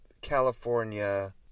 California